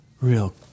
real